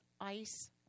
ice